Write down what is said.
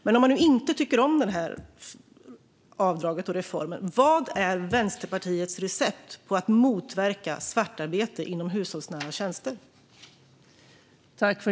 Men om Vänsterpartiet inte tycker om detta avdrag och denna reform, vad är ert recept för att motverka svartarbete inom hushållsnära tjänster?